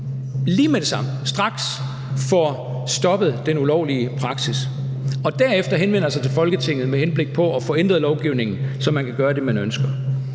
lige med det samme, straks – får stoppet den ulovlige praksis, og derefter henvender sig til Folketinget med henblik på at få ændret lovgivningen, så man kan gøre det, man ønsker.